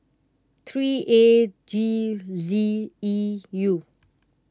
three A G Z E U